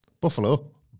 Buffalo